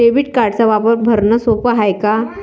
Debit कार्डचा वापर भरनं सोप हाय का?